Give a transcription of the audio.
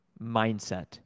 mindset